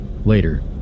Later